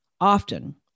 Often